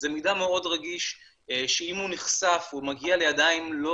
זה מידע מאוד רגיש שאם הוא נחשף ומגיע לידיים לא